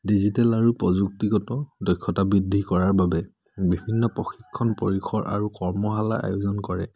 digital আৰু প্ৰযুক্তিগত দক্ষতা বৃদ্ধি কৰাৰ বাবে বিভিন্ন প্ৰশিক্ষণ পৰিসৰ আৰু কৰ্মশালা আয়োজন কৰে